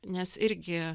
nes irgi